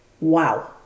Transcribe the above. Wow